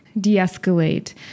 de-escalate